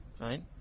right